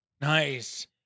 Nice